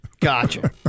Gotcha